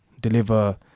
deliver